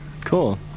Cool